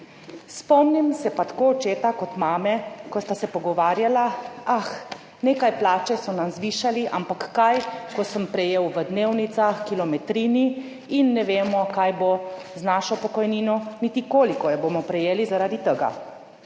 Spomnim se pa tako očeta kot mame, ko sta se pogovarjala, ah, nekaj, plače so nam zvišali, ampak kaj, ko sem prejel v dnevnicah, kilometrini in ne vemo, kaj bo z našo pokojnino, niti koliko jo bomo prejeli zaradi tega.